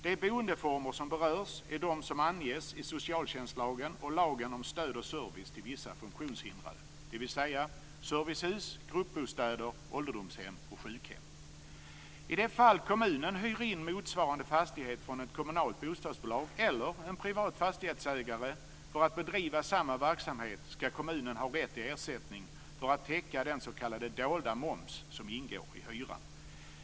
De boendeformer som berörs är de som anges i socialtjänstlagen och lagen om stöd och service till vissa funktionshindrade, dvs. sevicehus, gruppbostäder, ålderdomshem och sjukhem. I de fall kommunen hyr in motsvarande fastighet från ett kommunalt bostadsbolag eller en privat fastighetsägare för att bedriva samma verksamhet skall kommunen ha rätt till ersättning för att täcka den s.k. dolda moms som ingår i hyran.